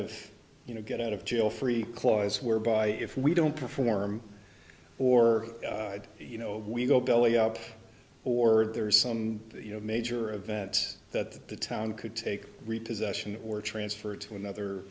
of you know get out of jail free clause whereby if we don't perform or you know we go belly up or there's some you know major event that the town could take possession or transfer to another